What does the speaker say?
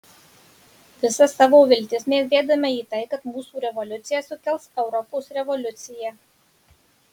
visas savo viltis mes dedame į tai kad mūsų revoliucija sukels europos revoliuciją